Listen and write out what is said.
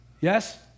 Yes